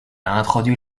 introduit